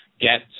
get